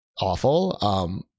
awful